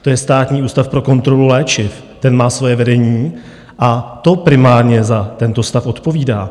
To je Státní ústav pro kontrolu léčiv, ten má svoje vedení a to primárně za tento stav odpovídá.